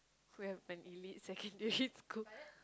we have an elite secondary school